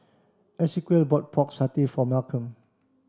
Esequiel bought Pork Satay for Malcom